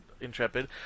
Intrepid